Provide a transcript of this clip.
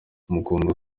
mukundwa